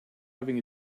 having